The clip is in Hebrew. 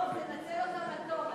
דב, תנצל אותן לטוב.